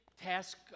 task